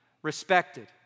Respected